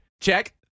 check